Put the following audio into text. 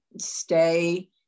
stay